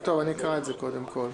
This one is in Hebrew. אני פותח את הישיבה.